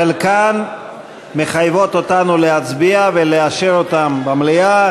חלקן מחייבות אותנו להצביע ולאשר אותן במליאה,